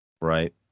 Right